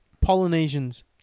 Polynesians